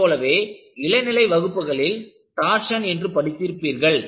அதைப் போலவே இளநிலை வகுப்புகளில் டார்சன் பற்றி படித்திருப்பீர்கள்